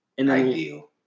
ideal